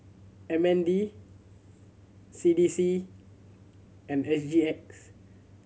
M N D C D C and S G X